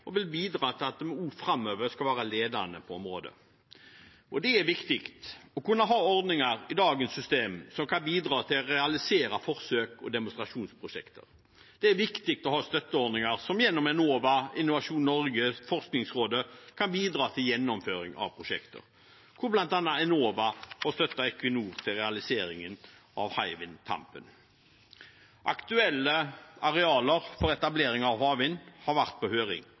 og vil bidra til at vi også framover skal være ledende på området. Det er viktig å kunne ha ordninger i dagens system som kan bidra til å realisere forsøks- og demonstrasjonsprosjekter. Det er viktig å ha støtteordninger som gjennom Enova, Innovasjon Norge og Forskningsrådet kan bidra til gjennomføring av prosjekter. Blant annet støtter Enova Equinors realisering av Hywind Tampen. Aktuelle arealer for etablering av havvind har vært på høring,